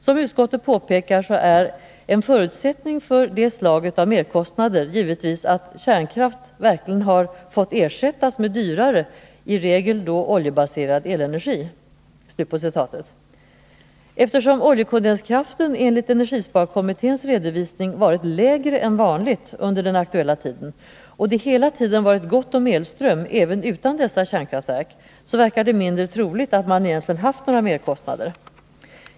Som utskottet påpekar är en ”förutsättning för det slaget av merkostnader ——-— givetvis att kärnkraft verkligen har fått ersättas med dyrare — i regel då oljebaserad — elenergi”. Eftersom produktionen av oljekondenskraft enligt energisparkommitténs redovisning varit lägre än vanligt under den aktuella tiden och det hela tiden varit gott om elström även utan dessa kärnkraftverk, verkar det mindre troligt att man egentligen haft några merkostnader.